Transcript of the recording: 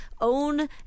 own